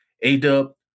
A-Dub